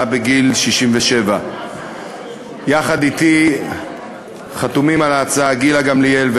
בגיל 67. יחד אתי חתומים על ההצעה גילה גמליאל,